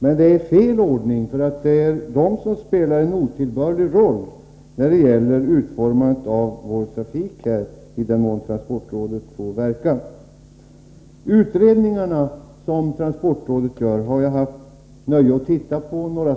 Men detta är fel ordning, för det är dessa direktörer som spelar en otillbörlig roll vid utformandet av vår trafik, i den mån transportrådet får verka. Jag har haft nöjet att titta på några av de utredningar som transportrådet har gjort.